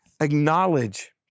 Acknowledge